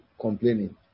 complaining